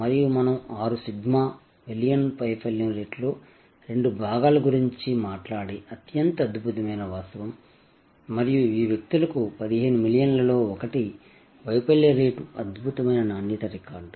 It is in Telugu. మరియు మనం ఆరు సిగ్మా మిలియన్ వైఫల్యం రేటులో రెండు భాగాలు గురించి మాట్లాడే అత్యంత అద్భుతమైన వాస్తవం మరియు ఈ వ్యక్తులకు 15 మిలియన్ ల లో ఒకటి వైఫల్య రేటు అద్భుతమైన నాణ్యత రికార్డు